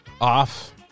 off